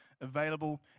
available